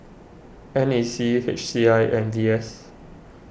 N A C H C I and V S